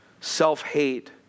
self-hate